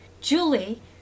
Julie